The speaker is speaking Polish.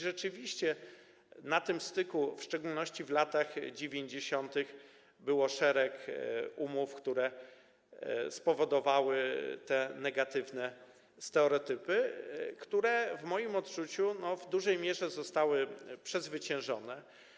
Rzeczywiście na tym styku, w szczególności w latach 90., było szereg umów, które spowodowały te negatywne stereotypy, ale w moim odczuciu one w dużej mierze zostały przezwyciężone.